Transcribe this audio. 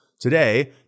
Today